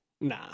Nah